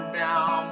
down